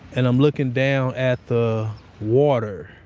and i'm looking down at the water.